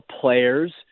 players